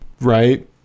Right